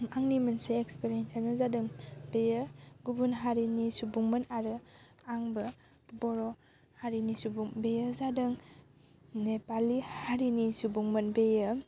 आंनि मोनसे एक्सपेरियेन्स यानो जादों बेयो गुबुन हारिनि सुबुंमोन आरो आंबो बर' हारिनि सुबुं बेयो जादों नेपालि हारिनि सुबुंमोन बेयो